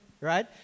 right